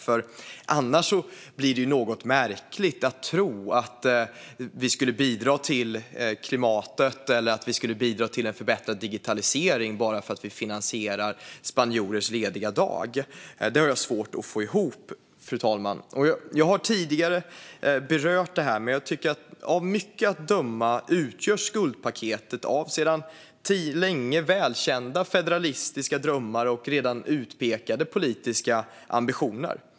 Det blir ju något märkligt att tro att vi skulle bidra till klimatet eller en förbättrad digitalisering bara för att vi finansierar spanjorers lediga dag. Det har jag svårt att få ihop, fru talman. Jag har berört det här tidigare, men av mycket att döma utgörs skuldpaketet av sedan länge välkända federalistiska drömmar och redan utpekade politiska ambitioner.